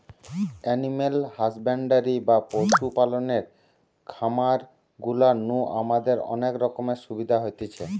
animal husbandry বা পশু পালনের খামার গুলা নু আমাদের অনেক রকমের সুবিধা হতিছে